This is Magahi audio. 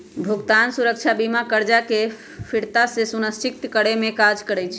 भुगतान सुरक्षा बीमा करजा के फ़िरता के सुनिश्चित करेमे काज करइ छइ